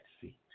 seat